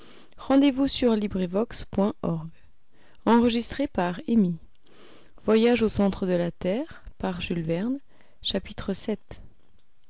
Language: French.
au centre de la